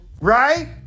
Right